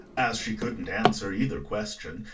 as she couldn't answer either question,